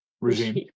regime